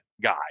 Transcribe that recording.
guy